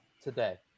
today